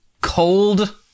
cold